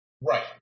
right